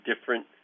different